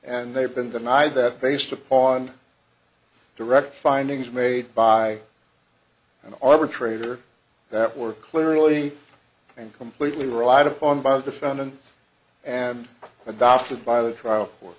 and they've been denied that based upon direct findings made by an arbitrator that were clearly and completely reliant upon by the defendant and adopted by the trial